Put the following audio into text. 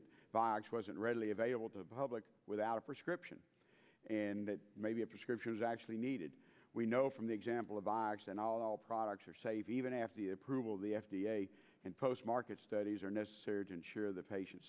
vioxx wasn't readily available to the public without a prescription and that maybe a prescription is actually needed we know from the example of vioxx and i'll products are safe even after the approval of the f d a and post market studies are necessary to ensure the patient